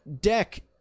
deck